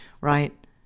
right